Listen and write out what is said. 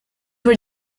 were